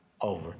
over